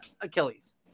Achilles